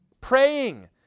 Praying